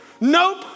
Nope